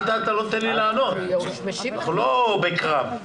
אנחנו לא בקרב.